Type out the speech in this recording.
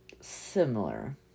similar